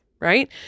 Right